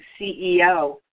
CEO